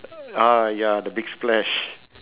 ah ya the big splash